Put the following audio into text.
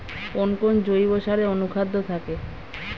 কোন কোন জৈব সারে অনুখাদ্য থাকে?